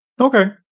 Okay